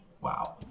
Wow